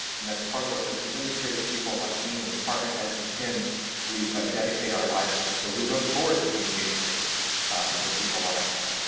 and that's part of what administrative people like me and department heads, and we ah dedicate our lives to. so we look forward to the engagement that people wanna have.